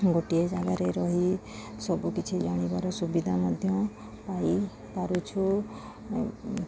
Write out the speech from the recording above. ଗୋଟିଏ ଜାଗାରେ ରହି ସବୁକିଛି ଜାଣିବାର ସୁବିଧା ମଧ୍ୟ ପାଇ ପାରୁଛୁ